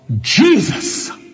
Jesus